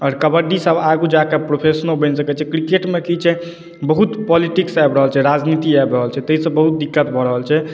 आओर कबड्डीसब आगे जाके प्रोफेसनो बनि सकै छै क्रिकेट मे की छै बहुत पॉलिटिक्स आबि रहल छै राजनीति आबि रहल छै ताहि से बहुत दिक्कत भऽ रहल छै